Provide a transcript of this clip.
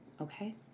Okay